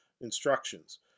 instructions